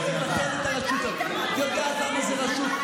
את יודעת למה זה רשות?